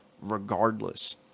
regardless